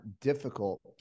difficult